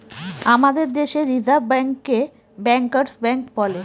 আমাদের দেশে রিসার্ভ ব্যাঙ্কে ব্যাঙ্কার্স ব্যাঙ্ক বলে